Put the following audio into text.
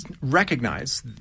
recognize